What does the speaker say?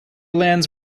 lands